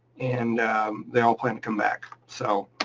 and they all plan to come back. so